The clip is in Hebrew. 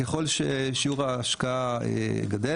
ככל ששיעור ההשקעה גדל,